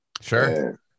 Sure